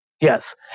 Yes